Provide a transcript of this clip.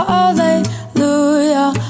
Hallelujah